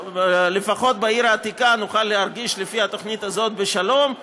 לפחות בעיר העתיקה נוכל להרגיש לפי התוכנית הזאת בשלום,